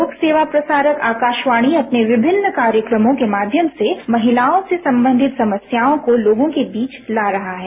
लोक सेवा प्रसारक आकाशवाणी अपने विभिन्न कार्यक्रमों के माध्यम से महिलाओं से संबंधित समस्याओं को लोगों के बीच ला रहा है